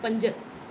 पंज